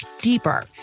deeper